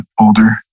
older